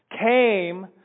came